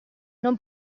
non